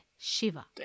Shiva